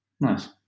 Nice